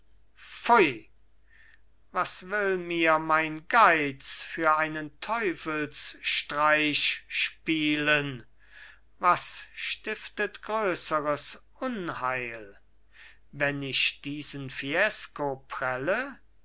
pfui was will mir mein geiz für einen teufelsstreich spielen was stiftet größeres unheil wenn ich diesen fiesco prelle